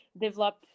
develop